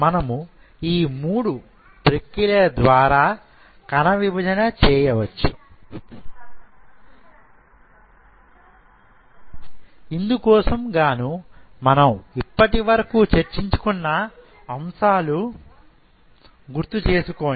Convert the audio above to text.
మనము ఈ 3 మూడు ప్రక్రియలు ద్వారా కణా విభజన చేయవచ్చు ఇందుకోసం గాను మనం ఇప్పటి వరకు చర్చించకున్న అంశాలు గుర్తు చేసుకోండి